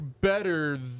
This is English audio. better